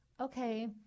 okay